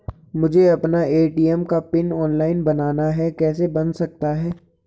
मुझे अपना ए.टी.एम का पिन ऑनलाइन बनाना है कैसे बन सकता है?